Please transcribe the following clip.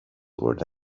were